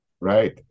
Right